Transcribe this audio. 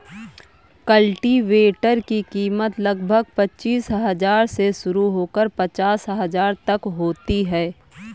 cultivator की कीमत लगभग पचीस हजार से शुरू होकर पचास हजार तक होती है